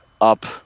up